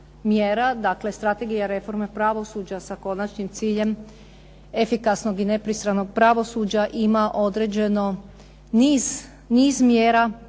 mjera. Dakle, Strategija reforme pravosuđa sa konačnim ciljem efikasnog i nepristranog pravosuđa ima određeno niz mjera,